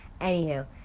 Anywho